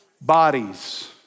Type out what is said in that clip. Bodies